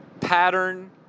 pattern